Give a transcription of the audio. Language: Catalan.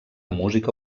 música